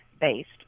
based